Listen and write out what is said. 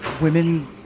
women